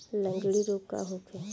लगंड़ी रोग का होखे?